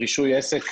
רישוי עסק,